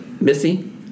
Missy